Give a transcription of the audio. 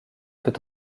peut